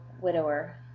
widower